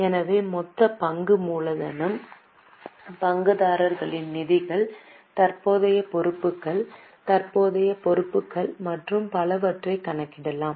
எனவே மொத்த பங்கு மூலதனம் பங்குதாரர்களின் நிதிகள் தற்போதைய பொறுப்புகள் தற்போதைய பொறுப்புகள் மற்றும் பலவற்றைக் கணக்கிடலாம்